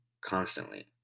constantly